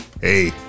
hey